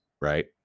right